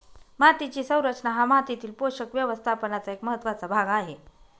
मातीची संरचना हा मातीतील पोषक व्यवस्थापनाचा एक महत्त्वाचा भाग आहे